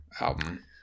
album